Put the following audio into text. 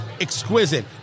exquisite